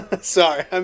Sorry